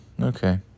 okay